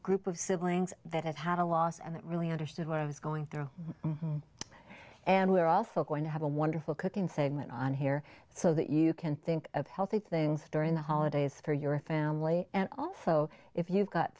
group of siblings that have had a loss and that really understood what i was going through and we're also going to have a wonderful cooking segment on here so that you can think of healthy things during the holidays for your family and also if you've got